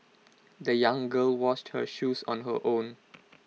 the young girl washed her shoes on her own